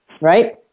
Right